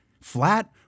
flat